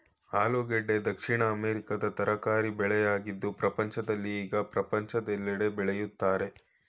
ಆಲೂಗೆಡ್ಡೆ ದಕ್ಷಿಣ ಅಮೆರಿಕದ ತರಕಾರಿ ಬೆಳೆಯಾಗಿದ್ದು ಪ್ರಪಂಚದಲ್ಲಿ ಈಗ ಪ್ರಪಂಚದೆಲ್ಲೆಡೆ ಬೆಳಿತರೆ